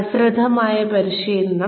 അശ്രദ്ധമായ പരിശീലനം